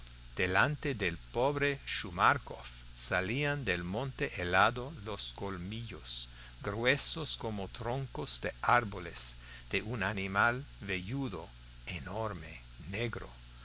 delante del pobre shumarkoff salían del monte helado los colmillos gruesos como troncos de árboles de un animal velludo enorme negro